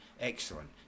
excellent